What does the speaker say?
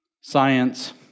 science